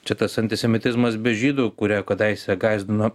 čia tas antisemitizmas be žydų kurie kadaise gąsdino